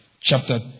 chapter